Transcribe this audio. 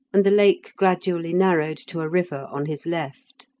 and the lake gradually narrowed to a river on his left.